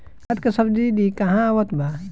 खाद के सबसिडी क हा आवत बा?